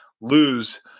lose